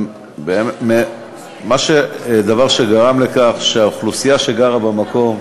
מה שגרם לכך שהאוכלוסייה שגרה במקום,